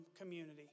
community